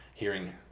hearing